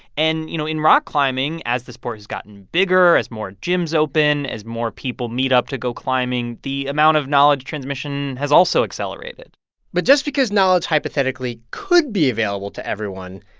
and, you know, in rock climbing, as the sport has gotten bigger, as more gyms open, as more people meet up to go climbing, the amount of knowledge transmission has also accelerated but just because knowledge hypothetically could be available to everyone,